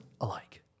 alike